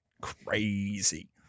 crazy